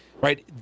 right